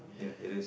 ya it is